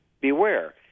beware